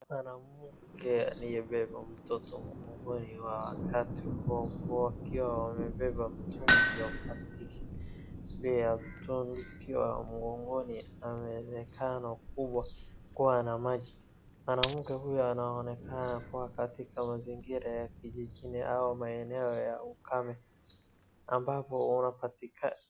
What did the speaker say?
Mwanamke aliyebeba mtoto mgongoni wakati huo, wakiwa wamebeba mtungi wa plastiki. Pia mtungi ukiwa mgongoni unaonekana kuwa na maji. Mwanamke huyu anaonekana kuwa katika mazingira ya kijijini au maeneo ya ukame ambapo unapatikana...